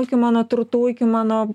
iki mano turtų iki mano